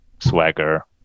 swagger